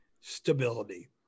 stability